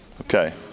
Okay